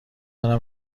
دارم